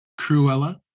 Cruella